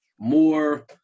more